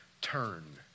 turn